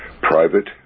Private